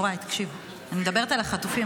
אני מדברת על החטופים,